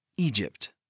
Egypt